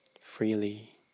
freely